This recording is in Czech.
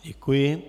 Děkuji.